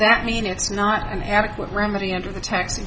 that mean it's not an adequate remedy under the t